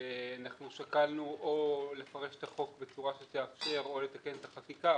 ואנחנו שקלנו או לפרש את החוק בצורה שתאפשר או לתקן את החקיקה,